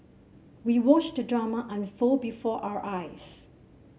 we watched the drama unfold before our eyes